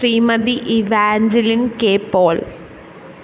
Shrimati Evangeline K Paul